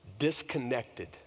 disconnected